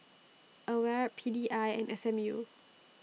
AWARE P D I and S M U